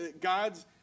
God's